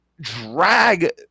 drag